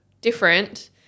different